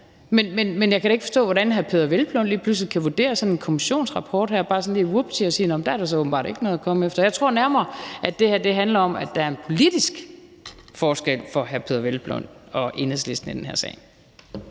Men jeg kan da ikke forstå, hvordan hr. Peder Hvelplund lige pludselig kan vurdere sådan en kommissionsrapport og sådan bare lige – vupti – sige, at dér er der så åbenbart ikke noget at komme efter. Jeg tror nærmere, det her handler om, at der er en politisk forskel for hr. Peder Hvelplund og Enhedslisten i den her sag